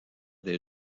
des